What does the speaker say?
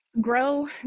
grow